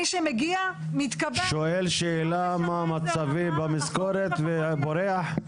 מי שמגיע מתקבל --- הוא שואל שאלה מה מצבי במשכורת ובורח?